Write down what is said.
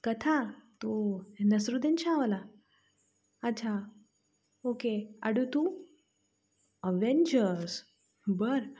कथा तू नसिरुद्दीन शाहवाला अच्छा ओके अडू तू अव्हेंजर्स बरं